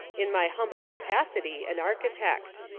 in my humble capacity an architect.